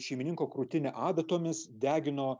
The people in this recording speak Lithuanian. šeimininko krūtinę adatomis degino